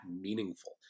meaningful